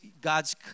God's